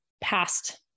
past